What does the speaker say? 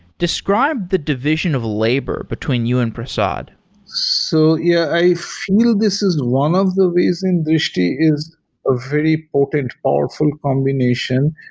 describe the division of labor between you and prasad so yeah. i feel this is one of the ways industry is a very potent, powerful combination.